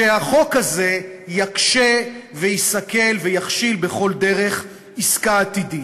שהחוק הזה יקשה ויסכל ויכשיל בכל דרך עסקה עתידית.